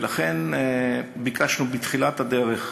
ולכן ביקשנו בתחילת הדרך